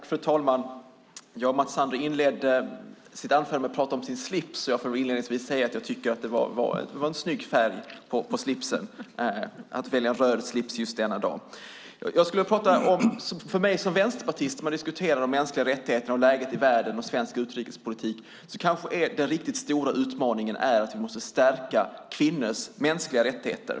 Fru talman! Mats Sander inledde sitt anförande med att tala om sin slips. Jag får väl inledningsvis säga att han valde en snygg färg på slipsen eftersom den är röd. För mig som Vänsterpartist är den riktigt stora utmaningen när det gäller mänskliga rättigheter, läget i världen och svensk utrikespolitik att vi måste stärka kvinnors mänskliga rättigheter.